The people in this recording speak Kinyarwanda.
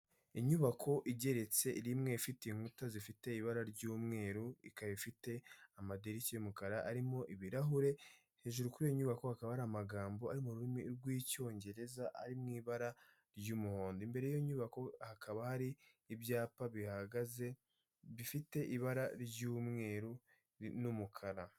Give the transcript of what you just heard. Inyubako igeretse rimwe, ifite inkuta zifite ibara ry'umweru, ikaba ifite amadirishya y'umukara, arimo ibirahure, hejuru kuri iyo nyubako hakaba hari amagambo ari mu rurimi rw'icyongereza ari mu ibara ry'umuhondo, imbere y'inyubako hakaba hari ibyapa bihagaze bifite ibara ry'umweru n'umukara.